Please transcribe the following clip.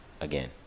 again